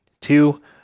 Two